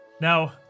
Now